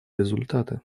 результаты